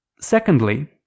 Secondly